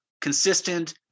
consistent